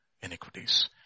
iniquities